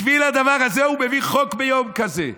בשביל הדבר הזה הוא מביא חוק ביום כזה.